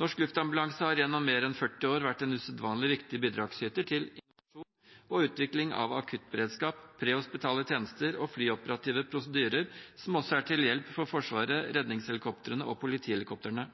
Norsk Luftambulanse har gjennom mer enn 40 år vært en usedvanlig viktig bidragsyter til en innovasjon og utvikling av akuttberedskap, prehospitale tjenester og flyoperative prosedyrer, noe som også er til hjelp for Forsvaret, redningshelikoptrene og politihelikoptrene.